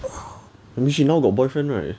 that means she now got boyfriend right